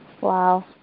Wow